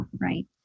Right